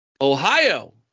Ohio